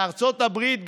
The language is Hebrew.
לארצות הברית,